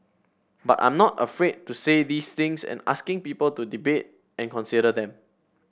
but I'm not afraid to say these things and asking people to debate and consider them